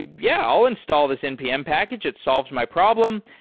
yeah, i'll install this npm package. it solves my problem,